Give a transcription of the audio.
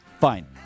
Fine